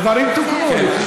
והדברים תוקנו.